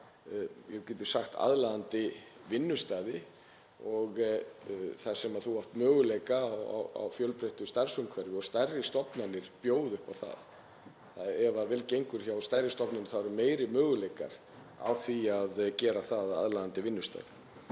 að hafa aðlaðandi vinnustaði þar sem þú átt möguleika á fjölbreyttu starfsumhverfi og stærri stofnanir bjóða upp á það. Ef vel gengur hjá stærri stofnunum eru meiri möguleikar á því að gera þær að aðlaðandi vinnustað.